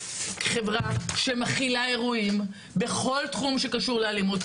חברה שמכילה אירועים בכל תחום שקשור לאלימות,